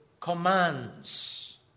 commands